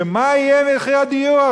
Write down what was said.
מה יהיה מחיר הדיור?